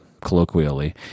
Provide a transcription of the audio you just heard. colloquially